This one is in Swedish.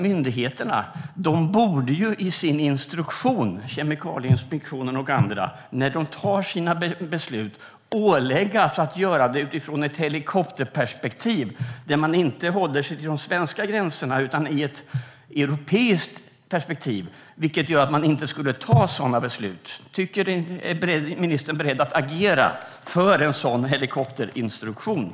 Myndigheterna - Kemikalieinspektionen och andra - borde ju i sin instruktion åläggas att fatta sina beslut utifrån ett helikopterperspektiv - från ett europeiskt perspektiv - som går utanför de svenska gränserna. Då skulle man inte fatta sådana beslut. Är ministern beredd att agera för att ett helikopterperspektiv ska ingå i myndigheternas instruktioner?